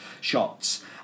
shots